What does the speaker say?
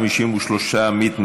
עבד אל חכים חאג' יחיא,